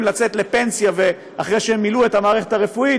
לצאת לפנסיה אחרי שהם מילאו את המערכת הרפואית,